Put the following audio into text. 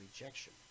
rejection